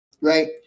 right